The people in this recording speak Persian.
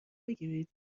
بگیرید